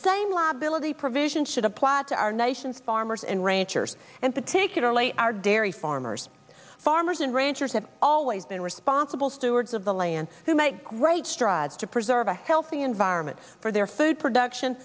same liability provision should apply to our nation's farmers and ranchers and particularly our dairy farmers farmers and ranchers have always been responsible stewards of the land to make great strides to preserve a healthy environment for their food production